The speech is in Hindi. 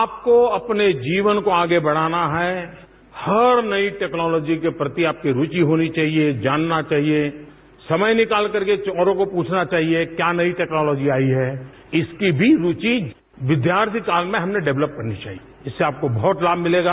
आपको अपने जीवन को आगे बढ़ाना है हर नई टेक्नोलॉजी के प्रति आपकी रूचि होनी चाहिए जानना चाहिए समय निकाल करके ओरों को प्रछना चाहिए क्या नई टेक्नोलांजी आई है इसकी भी रूचि विद्यार्थी काल में हममें डेवलप होनी चाहिए इससे आपको बहुत लाभ मिलेगा